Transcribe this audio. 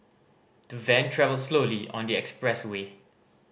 the van travelled slowly on the expressway